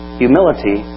humility